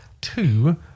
two